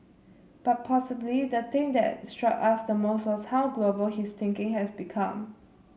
but possibly the thing that struck us the most was how global his thinking has become